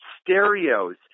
stereos